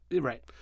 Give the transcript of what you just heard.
Right